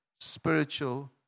spiritual